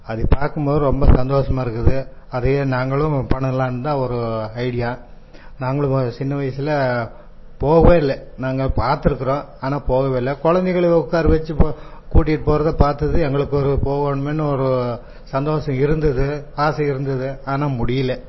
அது பார்க்கும்போது ரொம்ப சந்தோசமாக இருக்குது அதையே நாங்களும் பண்ணலான்னு தான் ஒரு ஐடியா நாங்களும் ஒரு சின்ன வயசில் போகவே இல்லை நாங்கள் பார்த்துருக்குறோம் ஆனால் போகவே இல்லை குழந்தைகள உட்கார வச்சு போ கூட்டிகிட்டு போறதை பார்த்தது எங்களுக்கு ஒரு போகோணுமேன்னு ஒரு சந்தோசம் இருந்தது ஆசை இருந்தது ஆனால் முடியல